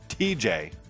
TJ